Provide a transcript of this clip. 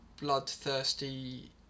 bloodthirsty